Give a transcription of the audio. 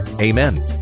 Amen